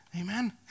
Amen